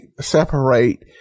separate